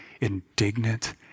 indignant